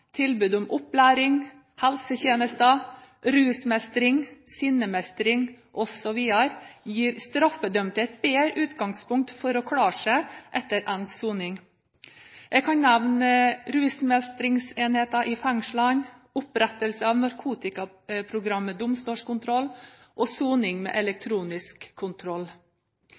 tilbud om opplæring, helsetjenester, rusmestring, sinnemestring osv. gir straffedømte et bedre utgangspunkt for å klare seg etter endt soning. Jeg kan nevne rusmestringsenheter i fengslene, opprettelse av narkotikaprogram med domstolskontroll og soning med elektronisk kontroll.